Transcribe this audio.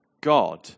God